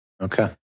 Okay